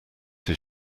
his